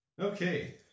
Okay